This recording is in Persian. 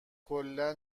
کلا